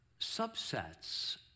subsets